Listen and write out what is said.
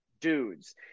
dudes